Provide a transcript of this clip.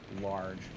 large